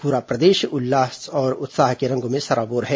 पूरा प्रदेश उत्साह और उल्लास के रंगों में सरोबार है